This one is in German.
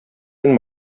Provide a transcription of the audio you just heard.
den